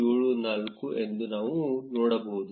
374 ಎಂದು ನಾವು ನೋಡಬಹುದು